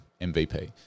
MVP